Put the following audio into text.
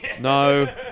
No